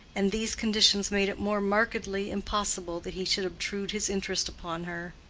and these conditions made it more markedly impossible that he should obtrude his interest upon her.